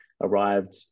arrived